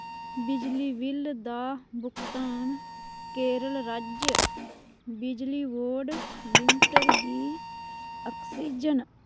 बिजली बिल दा भुगतान केरल राज्य बिजली बोर्ड लिमिटड गी आक्सीजन